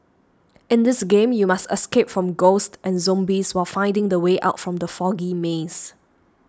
in this game you must escape from ghosts and zombies while finding the way out from the foggy maze